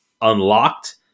unlocked